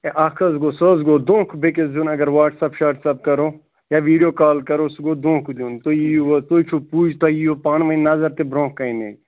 ہے اَکھ حظ گوٚو سُہ حظ گوٚو دوکھٕ بیٚیِس دیُن اَگر واٹٕس ایپ شاٹٕس ایپ کَرو یا ویٖڈیو کال کَرو سُہ گوٚو دوکھٕ دیُن تہٕ تُہۍ یِیِی حظ تُہۍ چھِو پُج تۄہہِ یِیِوٕ پانہٕ ٕنۍ نظر تہٕ برٛونٛہہ کَنے